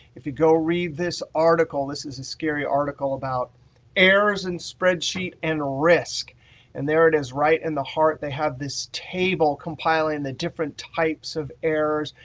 if you go read this article this is a scary article about errors and spreadsheet and risk and there it is, right in the heart they have this table compiling and the different types of errors.